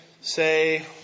say